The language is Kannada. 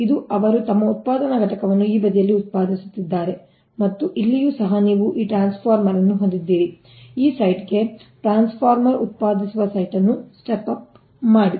ಇದು ಅವರು ತಮ್ಮ ಉತ್ಪಾದನಾ ಘಟಕವನ್ನು ಈ ಬದಿಯಲ್ಲಿ ಉತ್ಪಾದಿಸುತ್ತಿದ್ದಾರೆ ಮತ್ತು ಇಲ್ಲಿಯೂ ಸಹ ನೀವು ಈ ಟ್ರಾನ್ಸ್ಫಾರ್ಮರ್ ಅನ್ನು ಹೊಂದಿದ್ದೀರಿ ಈ ಸೈಟ್ಗೆ ಟ್ರಾನ್ಸ್ಫಾರ್ಮರ್ ಉತ್ಪಾದಿಸುವ ಸೈಟ್ ಅನ್ನು ಸ್ಟೆಪ್ ಅಪ್ ಮಾಡಿ